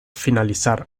finalizar